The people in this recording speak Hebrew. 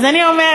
אז אני אומרת,